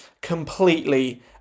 completely